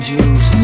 Jews